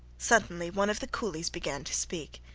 suddenly one of the coolies began to speak.